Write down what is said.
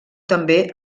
també